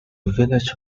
village